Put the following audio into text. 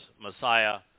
Messiah